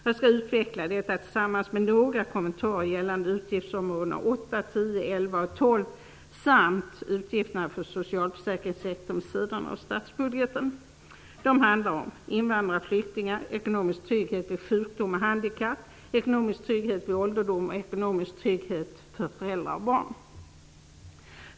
Jag skall utveckla detta tillsammans med några kommentarer till utgiftsområdena 8, 10, 11 och 12 samt utgifterna för socialförsäkringssektorn vid sidan av statsbudgeten. Det handlar då om invandrare och flyktingar, om ekonomisk trygghet vid sjukdom och handikapp, om ekonomisk trygghet vid ålderdom och om ekonomisk trygghet för föräldrar och barn.